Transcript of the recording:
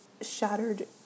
shattered